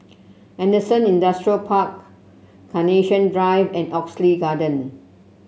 Henderson Industrial Park Carnation Drive and Oxley Garden